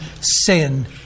sin